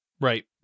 Right